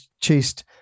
chased